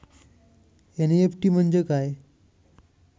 NEFT म्हणजे काय?